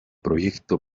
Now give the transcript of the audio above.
proyecto